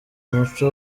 umuco